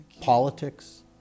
politics